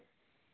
madam